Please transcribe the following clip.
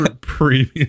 premium